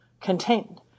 contained